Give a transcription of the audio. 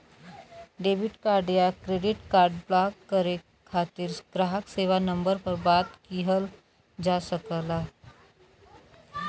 debit card या credit card block करे खातिर ग्राहक सेवा नंबर पर बात किहल जा सकला